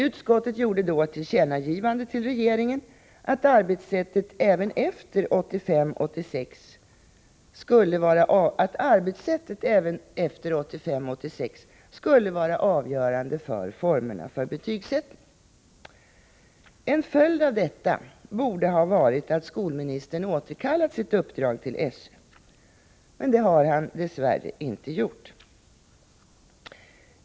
Utskottet gjorde då ett tillkännagivande till regeringen att arbetssättet även efter 1985/86 skulle vara avgörande för formerna för betygsättning. En följd av detta borde ha varit att skolministern återkallat sitt uppdrag till SÖ. Det har han dess värre inte gjort.